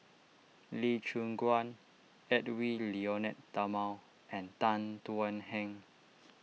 Lee Choon Guan Edwy Lyonet Talma and Tan Thuan Heng